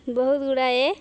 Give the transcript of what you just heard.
ବହୁତ ଗୁଡ଼ାଏ